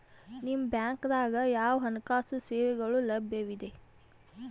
ನಿಮ ಬ್ಯಾಂಕ ದಾಗ ಯಾವ ಹಣಕಾಸು ಸೇವೆಗಳು ಲಭ್ಯವಿದೆ?